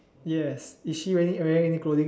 yes is she wearing wearing any clothing